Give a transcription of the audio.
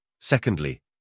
Secondly